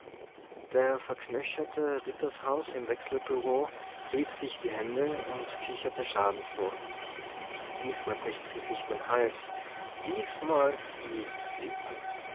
der verknöcherte rittershaus im wechselbureau rieb sich die hände und kicherte schadenfroh diesmal bricht sie sich den hals diesmal fliegt sie